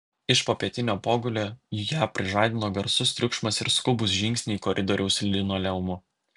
iš popietinio pogulio ją prižadino garsus triukšmas ir skubūs žingsniai koridoriaus linoleumu